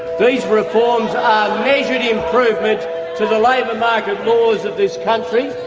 these reforms are measured improvement to the labour market laws of this country.